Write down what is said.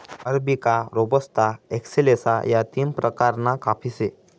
arabica, robusta, excelsa या तीन प्रकारना काफी से